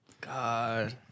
God